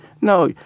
No